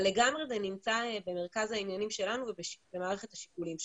זה נמצא במרכז העניינים שלנו ובמערכת השיקולים שלנו.